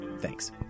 thanks